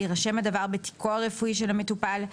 יירשם הדבר בתיקו הרפואי של המטופל,